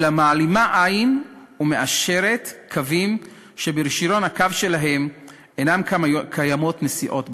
אלא מעלימה עין ומאשרת קווים שברישיון הקו שלהם קיימות נסיעות בשבת.